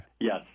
Yes